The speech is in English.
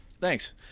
Thanks